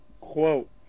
quote